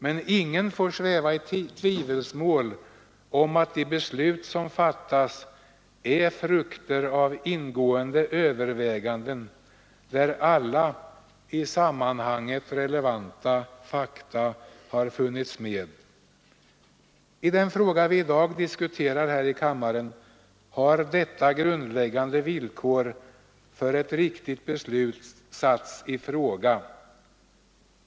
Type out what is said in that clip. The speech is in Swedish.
Men ingen får sväva i tvivelsmål om att de beslut som fattas är frukter av ingående överväganden — där alla i sammanhanget relevanta fakta har funnits med. I den fråga vi i dag diskuterar här i kammaren har detta grundläggande villkor för ett riktigt beslut satts i fråga.